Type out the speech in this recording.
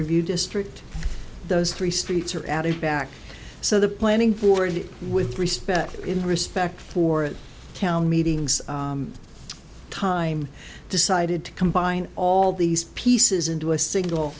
review district those three streets are added back so the planning for it with respect in respect for town meetings time decided to combine all these pieces into a single